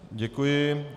Děkuji.